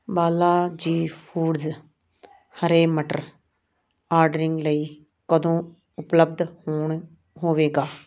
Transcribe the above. Balaji foods ਹਰੇ ਮਟਰ ordering ਲਈ ਕਦੋਂ ਉਪਲੱਬਧ ਹੋਣ ਹੋਵੇਗਾ